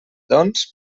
doncs